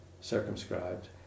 circumscribed